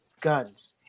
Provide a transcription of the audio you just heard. guns